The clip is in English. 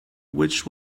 which